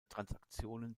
transaktionen